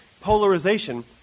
polarization